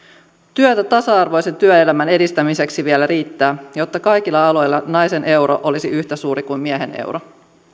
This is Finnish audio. työtä tasa arvoisen työelämän edistämiseksi vielä riittää jotta kaikilla aloilla naisen euro olisi yhtä suuri kuin miehen euro